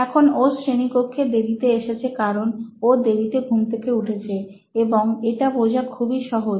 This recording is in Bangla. এখনব শ্রেণীকক্ষে দেরিতে এসেছে কারণ ও দেরিতে ঘুম থেকে উঠেছে এবং এটা বোঝা খুবই সহজ